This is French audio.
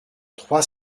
trois